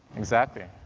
exactly,